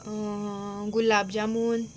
gulab jamun